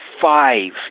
five